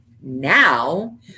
now